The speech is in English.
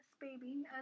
baby